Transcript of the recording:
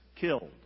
killed